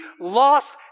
lost